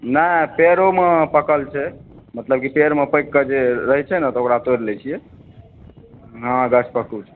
नहि पेड़ोमे पाकल छै मतलब कि पेड़मे पाकि कऽ जे रहैत छै ने ओकरा तोड़ि लैत छियै हँ गछपक्कू छै